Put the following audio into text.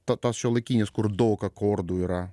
tas tas šiuolaikinis kur dag akordų yra